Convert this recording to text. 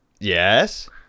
Yes